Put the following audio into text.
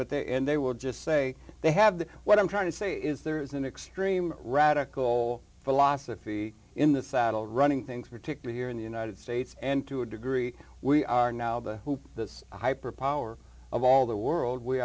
but there and they will just say they have that what i'm trying to say is there is an extreme radical philosophy in the saddle running things particularly here in the united states and to a degree we are now the who the hyper power of all the world we